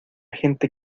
gente